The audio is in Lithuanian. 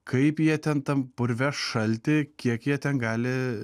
kaip jie ten tam purve šalty kiek jie ten gali